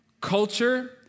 culture